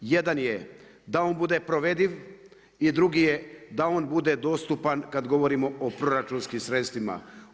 Jedan je da on bude provediv i drugi je da on bude dostupan kada govorimo o proračunskim sredstvima.